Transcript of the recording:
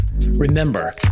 Remember